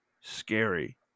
scary